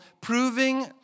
proving